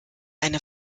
eine